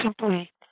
simply